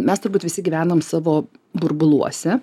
mes turbūt visi gyvenom savo burbuluose